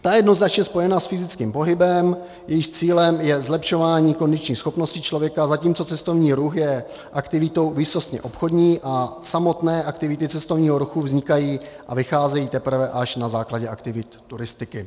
Ta je jednoznačně spojena s fyzickým pohybem, jejímž cílem je zlepšování kondičních schopností člověka, zatímco cestovní ruch je aktivitou výsostně obchodní a samotné aktivity cestovního ruchu vznikají a vycházejí teprve až na základě aktivit turistiky.